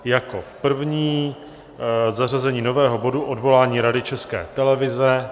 Jako první zařazení nového bodu Odvolání Rady České televize.